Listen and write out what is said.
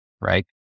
right